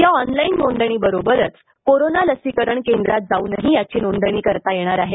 या ऑनलाईन नोंदणीबरोबरच कोरोना लसीकरण केंद्रात जाऊनही त्याची नोंदणी करता येणार आहे